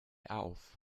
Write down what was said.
auf